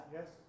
Yes